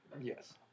Yes